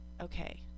okay